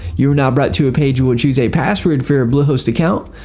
you are now brought to a page will choose a password for your bluehost account.